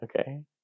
Okay